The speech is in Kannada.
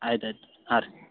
ಆಯ್ತು ಆಯ್ತು ಹಾಂ ರೀ